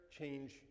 change